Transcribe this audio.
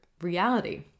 reality